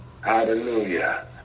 Hallelujah